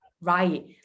right